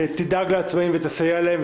תדאג לעצמאים ותסייע להם.